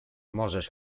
możesz